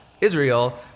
Israel